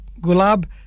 Gulab